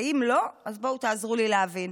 ואם לא, אז בואו תעזרו לי להבין.